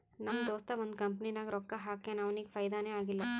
ನಮ್ ದೋಸ್ತ ಒಂದ್ ಕಂಪನಿನಾಗ್ ರೊಕ್ಕಾ ಹಾಕ್ಯಾನ್ ಅವ್ನಿಗ ಫೈದಾನೇ ಆಗಿಲ್ಲ